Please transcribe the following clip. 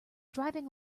driving